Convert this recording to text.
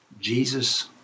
Jesus